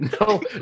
no